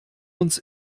uns